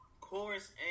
Chorus